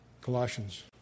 Colossians